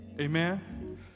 Amen